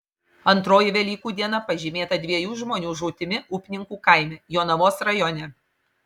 antroji velykų diena pažymėta dviejų žmonių žūtimi upninkų kaime jonavos rajone